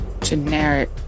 generic